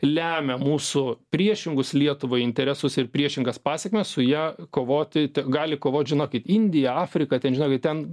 lemia mūsų priešingus lietuvai interesus ir priešingas pasekmes su ja kovoti te gali kovot žinokit indija afrika ten žinokit ten